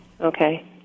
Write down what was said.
Okay